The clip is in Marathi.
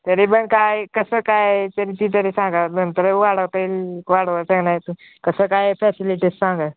तरी पण काय कसं काय तरी त तरी सांगा नंतर वाढवता वाढवता ना कसं काय फॅसिलिटीस सांगा